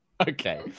Okay